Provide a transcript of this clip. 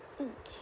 mm